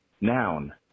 noun